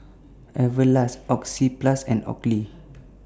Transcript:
Everlast Oxyplus and